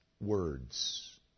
words